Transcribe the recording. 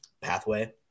pathway